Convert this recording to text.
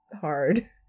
hard